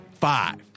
five